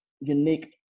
unique